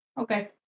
Okay